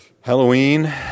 Halloween